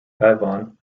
avon